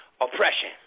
oppression